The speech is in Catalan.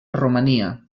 romania